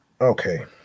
okay